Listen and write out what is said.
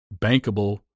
bankable